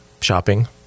shopping